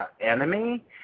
enemy